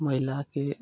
महिलाके